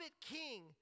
king